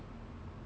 is it